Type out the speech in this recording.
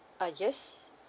uh yes